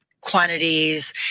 Quantities